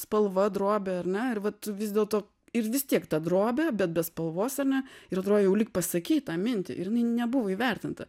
spalva drobė ar ne vat vis dėlto ir vis tiek ta drobė bet be spalvos ane ir atrodė jau lyg pasakei tą mintį ir jinai nebuvo įvertinta